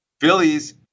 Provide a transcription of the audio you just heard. Phillies